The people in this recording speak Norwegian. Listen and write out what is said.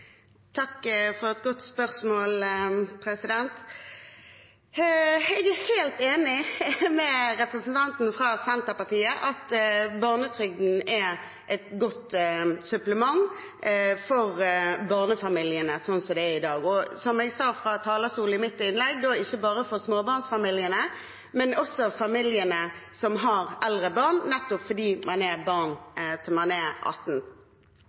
Takk for et godt spørsmål. Jeg er helt enig med representanten fra Senterpartiet i at barnetrygden er et godt supplement for barnefamiliene, slik det er i dag, og – som jeg sa fra talerstolen i mitt innlegg – ikke bare for småbarnsfamiliene, men også for familiene som har eldre barn, nettopp fordi man er barn til man er 18